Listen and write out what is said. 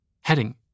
heading